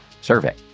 survey